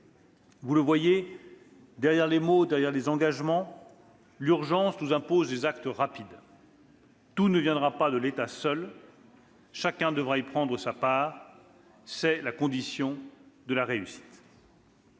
Vous le voyez, derrière les mots, derrière les engagements, l'urgence nous impose des actes rapides. Tout ne viendra pas de l'État seul. Chacun devra y prendre sa part, c'est la condition de la réussite.